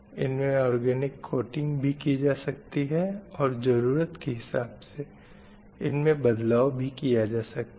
इनमे organic coating भी की जा सकती है और ज़रूरत के हिसाब से इनमें बदलाव भी किया जा सकता है